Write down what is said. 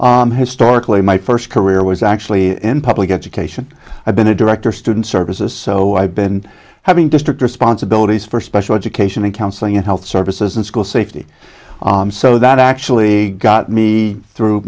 sure historically my first career was actually in public education i've been a director student services so i've been having district responsibilities for special education and counseling and health services and school safety so that actually got me through